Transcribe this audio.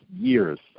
years